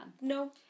No